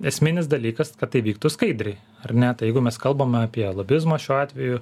esminis dalykas kad tai vyktų skaidriai ar net jeigu mes kalbame apie lobizmą šiuo atveju